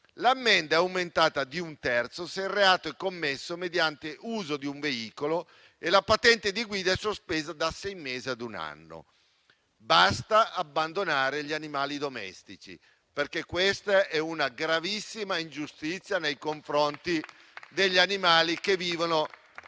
l'ammenda è aumentata di un terzo se il reato è commesso mediante uso di un veicolo, e la patente di guida è sospesa da sei mesi ad un anno. Basta abbandonare gli animali domestici, perché è una gravissima ingiustizia nei confronti degli animali che vivono nelle